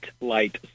Light